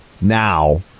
now